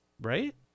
Right